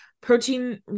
Protein